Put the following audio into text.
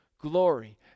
glory